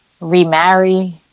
remarry